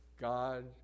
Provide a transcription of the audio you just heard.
God